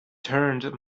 turned